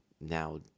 now